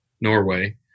Norway